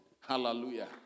Hallelujah